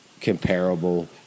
comparable